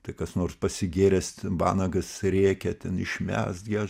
tai kas nors pasigėręs ten vanagas rėkia ten išmes gi aš